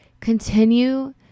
continue